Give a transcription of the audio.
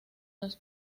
los